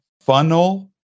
funnel